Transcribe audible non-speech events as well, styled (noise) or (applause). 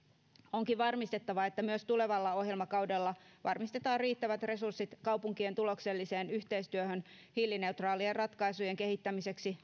onkin varmistettava että myös tulevalla ohjelmakaudella varmistetaan riittävät resurssit muun muassa kaupunkien tulokselliseen yhteistyöhön hiilineutraalien ratkaisujen kehittämiseksi (unintelligible)